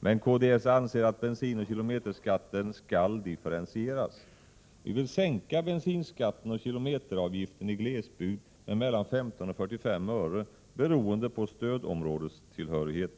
Men vi i kds anser att bensinoch kilometerskatten skall differentieras. Vi vill sänka bensinskatten och kilometeravgiften i glesbygd med mellan 15 och 45 öre, beroende på stödområdestillhörighet.